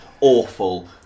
awful